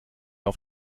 auf